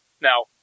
Now